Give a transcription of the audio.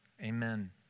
Amen